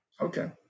Okay